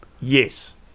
yes